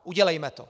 Udělejme to.